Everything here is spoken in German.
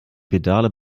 pedale